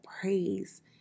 praise